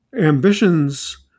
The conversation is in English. ambitions